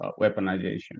weaponization